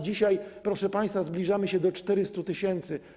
Dzisiaj, proszę państwa, zbliżamy się do 400 tys.